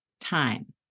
time